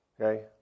Okay